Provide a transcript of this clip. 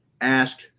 Ask